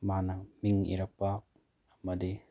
ꯃꯥꯅ ꯃꯤꯡ ꯏꯔꯛꯄ ꯑꯃꯗꯤ